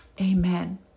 Amen